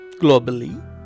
globally